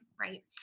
right